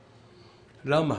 למה?